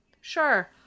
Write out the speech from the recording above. sure